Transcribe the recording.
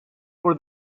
for